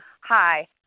Hi